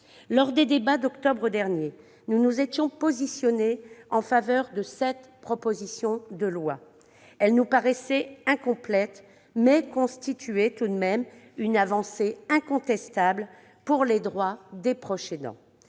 Lors des débats d'octobre dernier, nous nous étions positionnés en faveur de cette proposition de loi. Elle nous paraissait incomplète, mais nous semblait constituer tout de même une avancée incontestable pour les droits des proches aidants.